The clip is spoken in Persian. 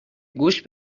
گوش